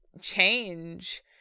change